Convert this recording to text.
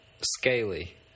scaly